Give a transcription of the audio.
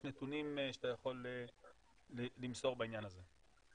נתונים שאתה יכול למסור בעניין הזה.